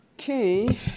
Okay